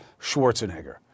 Schwarzenegger